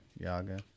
Yaga